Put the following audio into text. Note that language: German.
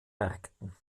märkten